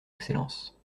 excellence